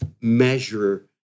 measure